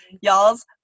y'all's